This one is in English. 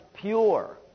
pure